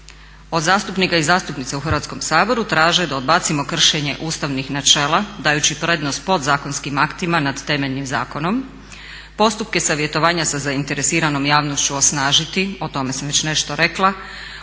od zastupnika i zastupnica u Hrvatskom saboru traže da odbacimo kršenje ustavnih načela dajući prednost podzakonskim aktima nad temeljnim zakonom, postupke savjetovanja sa zainteresiranom javnošću osnažiti o tome sam već nešto rekla,